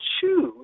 choose